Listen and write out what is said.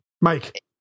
Mike